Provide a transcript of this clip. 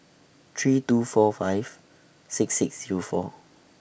three two four five six six Zero four